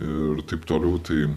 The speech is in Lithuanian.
ir taip toliau tai